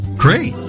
Great